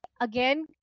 again